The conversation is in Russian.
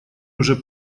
уже